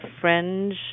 fringe